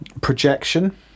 Projection